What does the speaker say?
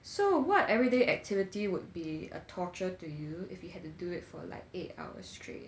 so what everyday activity would be a torture to you if you had to do it for like eight hours straight